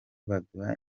baduha